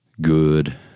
good